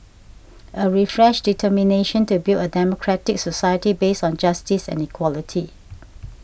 a refreshed determination to build a democratic society based on justice and equality